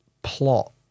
Plot